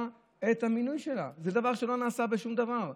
את המינוי שלה וזה דבר שלא נעשה בשום דבר אחר.